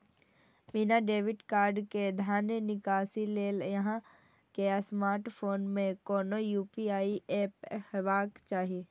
बिना debit card के धन निकासी लेल अहां के स्मार्टफोन मे कोनो यू.पी.आई एप हेबाक चाही